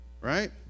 Right